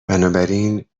بنابراین